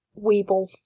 weeble